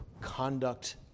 conduct